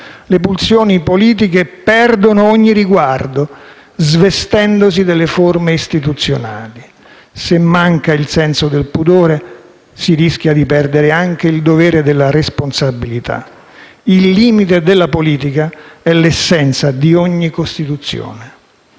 Le pulsioni politiche perdono ogni riguardo, svestendosi delle forme istituzionali. Se manca il senso del pudore si rischia di perdere anche il dovere della responsabilità. Il limite della politica è l'essenza di ogni Costituzione.